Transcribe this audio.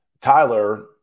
Tyler